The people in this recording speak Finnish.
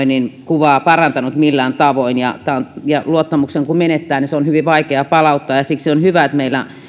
kuvaa parantaneet millään tavoin kun luottamuksen menettää se on hyvin vaikea palauttaa ja siksi on hyvä että meillä